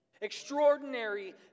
Extraordinary